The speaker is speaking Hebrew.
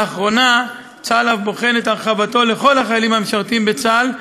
לאחרונה צה"ל אף בוחן את הרחבתו לכל החיילים המשרתים בצה"ל,